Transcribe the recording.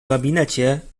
gabinecie